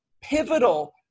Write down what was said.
pivotal